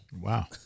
Wow